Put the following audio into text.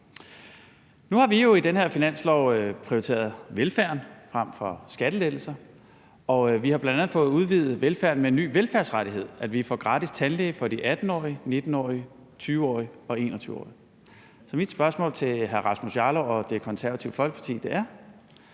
Nu har vi jo i den her finanslov prioriteret velfærden frem for skattelettelser. Vi har bl.a. fået udvidet velfærden med en ny velfærdsrettighed, nemlig at vi får gratis tandlæge for de 18-årige, 19-årige, 20-årige og 21-årige. Så mit spørgsmål til hr. Rasmus Jarlov og Det Konservative Folkeparti er: